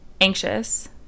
anxious